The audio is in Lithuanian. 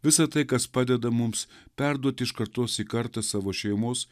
visa tai kas padeda mums perduoti iš kartos į kartą savo šeimos